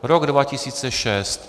Rok 2006.